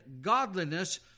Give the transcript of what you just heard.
godliness